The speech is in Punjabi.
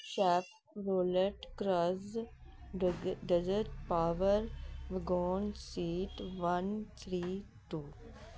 ਕੈਪ ਰੋਲਟ ਕਰਾਜ ਡਜ਼ ਡਜਟ ਪਾਵਰ ਵਗੋਨਸ ਚੀਟ ਵੰਨ ਥ੍ਰੀ ਟੂ